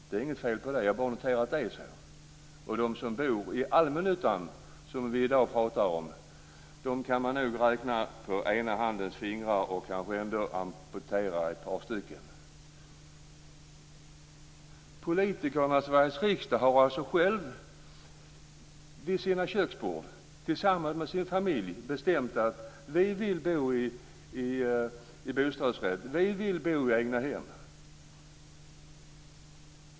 Det är inget fel på det; jag noterar bara att det är så. De som bor i allmännyttan, som vi i dag pratar om, kan man nog räkna på ena handens fingrar även om man amputerar ett par stycken. Politikerna i Sveriges riksdag har alltså själva vid sina köksbord tillsammans med sina familjer bestämt att de vill bo i bostadsrätt eller egnahem.